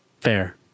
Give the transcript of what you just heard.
Fair